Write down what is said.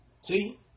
See